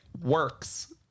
works